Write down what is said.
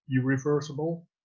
irreversible